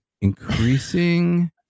increasing